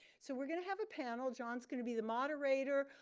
so we're going to have a panel. john's going to be the moderator.